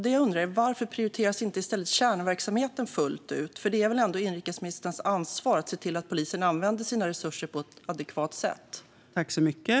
Det jag undrar är varför inte kärnverksamheten prioriteras fullt ut, för det är väl ändå inrikesministerns ansvar att se till att polisen använder sina resurser på ett adekvat sätt.